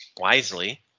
wisely